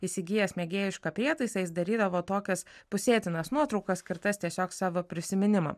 įsigijęs mėgėjišką prietaisą jis darydavo tokias pusėtinas nuotraukas skirtas tiesiog savo prisiminimam